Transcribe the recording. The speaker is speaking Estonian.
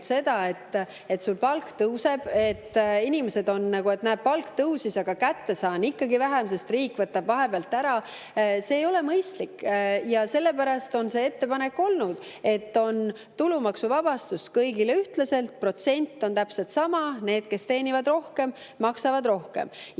seda, et palk tõuseb. Inimesed näevad, et neil palk tõusis, aga kätte saavad ikka vähem, sest riik võtab vahepealt ära. See ei ole mõistlik. Ja sellepärast on see ettepanek olnud, et on tulumaksuvabastus kõigile ühtlaselt, protsent on täpselt sama. Need, kes teenivad rohkem, maksavad rohkem.